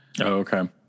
okay